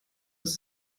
ist